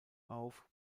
auf